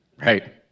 right